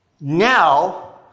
now